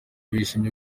bishimiye